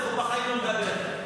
והוא בחיים לא מדבר.